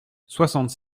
soixante